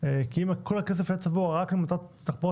כי אם כל הכסף היה צבוע רק למטרת תחבורה